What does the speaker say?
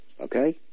okay